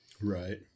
Right